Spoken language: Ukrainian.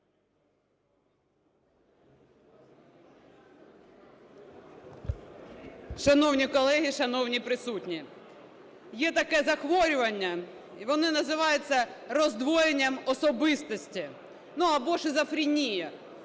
Шановні колеги! Шановні присутні! Є таке захворювання і воно називається "роздвоєння особистості" або шизофренія.